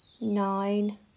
Nine